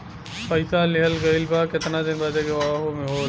पइसा लिहल गइल बा केतना दिन बदे वहू होला